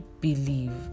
believe